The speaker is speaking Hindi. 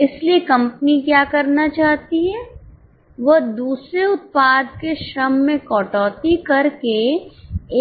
इसलिए कंपनी क्या करना चाहती है वह दूसरे उत्पाद के श्रम में कटौती करके